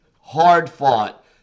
hard-fought